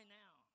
now